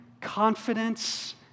Confidence